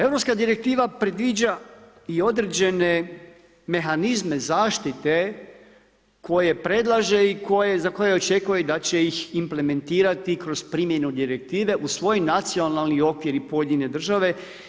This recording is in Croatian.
Europska direktiva predviđa i određene mehanizme zaštite koje predlaže i za koje očekuje da će ih implementirati kroz primjenu direktive u svoj nacionalni okvir i pojedine države.